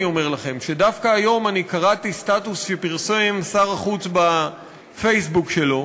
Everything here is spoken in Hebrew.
שדווקא היום קראתי סטטוס שפרסם שר החוץ בפייסבוק שלו,